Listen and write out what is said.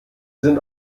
sie